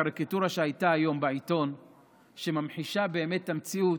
קריקטורה שהייתה היום בעיתון ממחישה באמת את המציאות,